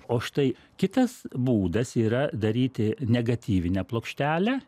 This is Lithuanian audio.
o štai kitas būdas yra daryti negatyvinę plokštelę